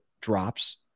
drops